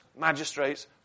magistrates